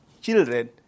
children